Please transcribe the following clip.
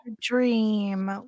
dream